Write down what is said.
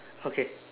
okay